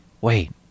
wait